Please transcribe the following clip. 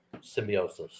Symbiosis